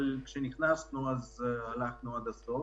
אבל כשנכנסנו לזה הלכנו עד הסוף.